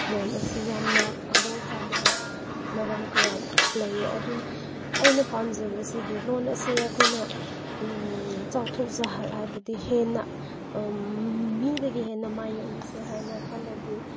ꯂꯣꯟ ꯑꯁꯤ ꯌꯥꯝꯅ ꯈꯨꯗꯣꯡ ꯆꯥꯗꯕ ꯃꯔꯝ ꯀꯌꯥ ꯂꯩꯌꯦ ꯑꯗꯨꯅ ꯑꯩꯅ ꯄꯥꯝꯖꯕꯁꯤꯗꯤ ꯂꯣꯟ ꯑꯁꯤ ꯑꯩꯈꯣꯏꯅ ꯆꯥꯎꯊꯣꯛꯆꯕ ꯍꯥꯏꯕꯗꯤ ꯍꯦꯟꯅ ꯃꯤꯗꯒꯤ ꯍꯦꯟꯅ ꯃꯥꯏꯌꯣꯛꯅꯁꯦ ꯍꯥꯏꯅ ꯈꯜꯂꯗꯤ